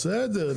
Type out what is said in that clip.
בסדר,